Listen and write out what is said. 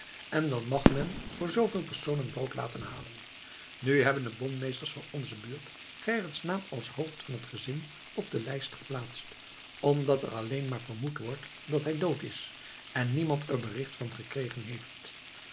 en dan mag men voor zooveel personen brood laten halen nu hebben de bonmeesters van onze buurt gerrit's naam als hoofd van het gezin op de lijst geplaatst omdat er alleen maar vermoed wordt dat hij dood is en niemand er bericht van gekregen heeft